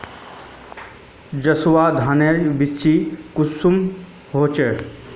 जसवा धानेर बिच्ची कुंसम होचए?